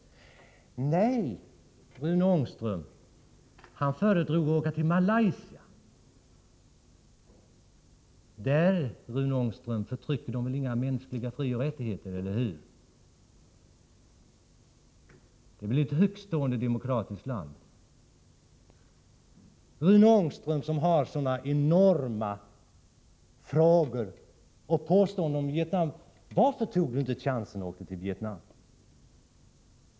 Nej, Rune Ångström föredrog att åka till Malaysia. Där, Rune Ångström, förtrycker de väl inga mänskliga frioch rättigheter, eller hur? Det är väl ett högtstående demokratiskt land? Rune Ångström har så många frågor och påståenden om Vietnam. Varför tog han inte chansen och åkte dit?